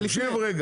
לפני.